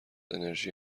انرژی